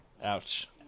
ouch